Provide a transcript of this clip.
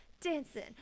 dancing